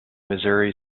missouri